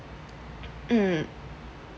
mm